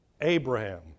Abraham